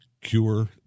cure